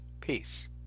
Peace